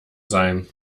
sein